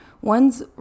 one's